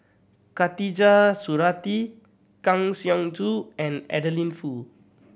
Khatijah Surattee Kang Siong Joo and Adeline Foo